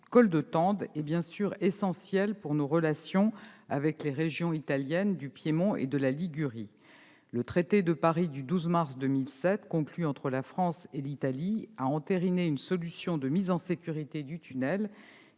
col de Tende est bien sûr essentielle pour nos relations avec les régions italiennes du Piémont et de la Ligurie. Le traité de Paris du 12 mars 2007, conclu entre la France et l'Italie, a entériné une solution de mise en sécurité du tunnel,